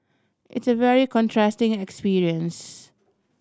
it's a very contrasting experience